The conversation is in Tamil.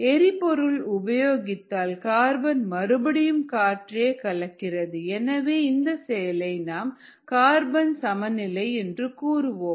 எரிபொருள் உபயோகத்தால் கார்பன் மறுபடியும் காற்றையே கலக்கிறது எனவே இந்த செயலை நாம் கார்பன் சமநிலை என்று கூறுவோம்